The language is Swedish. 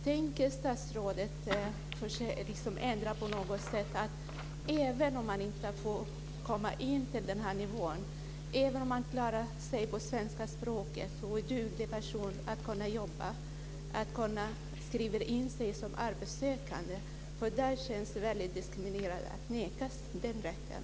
Tänker statsrådet ändra detta på något sätt så att även den som inte kommer upp till nivån, men som klarar sig på svenska och är en duglig person som kan jobba, kan skriva in sig som arbetssökande? Det känns väldigt diskriminerande att nekas den rätten.